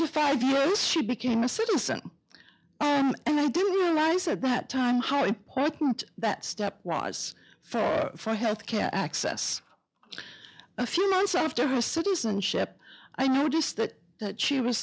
after five years she became a citizen and i didn't realize at that time how important that step was for health care access a few months after her citizenship i noticed that that she was